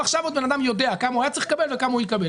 עכשיו עוד בן אדם יודע כמה הוא היה צריך לקבל וכמה הוא יקבל.